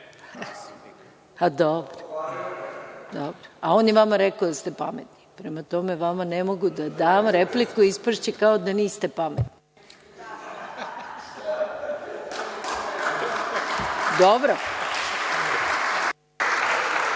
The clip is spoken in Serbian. je vama rekao da ste pametni. Prema tome, vama ne mogu da dam repliku. Ispašće kao da niste pametni. **Saša